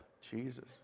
Jesus